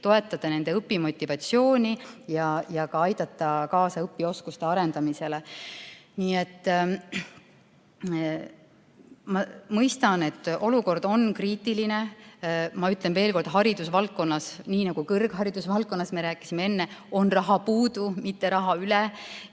toetada nende õpimotivatsiooni ja ka aidata kaasa õpioskuste arendamisele. Ma mõistan, et olukord on kriitiline. Ma ütlen veel kord: haridusvaldkonnas, ka kõrghariduse valdkonnas, nagu me enne rääkisime, on raha puudu, mitte raha üle.